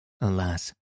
Alas